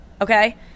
Okay